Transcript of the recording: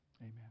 Amen